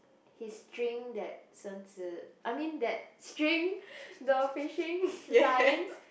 his string that shen zi I mean that string the fishing line